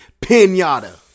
Pinata